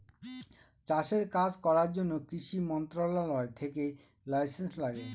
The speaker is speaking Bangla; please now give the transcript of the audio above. চাষের কাজ করার জন্য কৃষি মন্ত্রণালয় থেকে লাইসেন্স লাগে